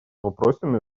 вопросами